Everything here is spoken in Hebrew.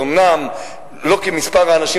אז אומנם לא כמספר האנשים,